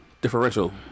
differential